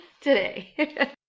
today